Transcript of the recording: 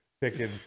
picking